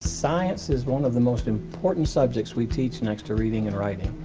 science is one of the most important subjects we teach next to reading and writing.